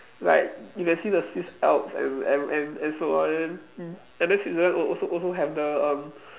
like you can see the Swiss alps and and and and so on and then Switzerland also also have the um